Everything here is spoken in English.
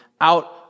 out